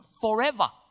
forever